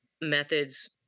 methods